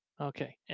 Okay